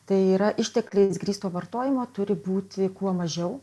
tai yra ištekliais grįsto vartojimo turi būti kuo mažiau